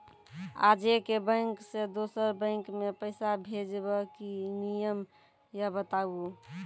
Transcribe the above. आजे के बैंक से दोसर बैंक मे पैसा भेज ब की नियम या बताबू?